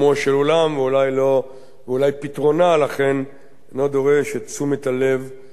ואולי לכן פתרונה אינו דורש את תשומת הלב הנדרשת.